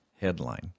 headline